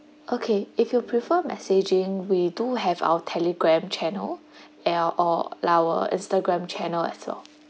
okay if you prefer messaging we do have our telegram channel and uh our instagram channel as well